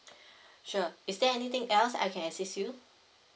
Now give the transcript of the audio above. sure is there anything else I can assist you